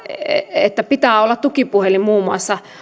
että pitää olla tukipuhelin